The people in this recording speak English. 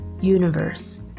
universe